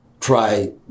try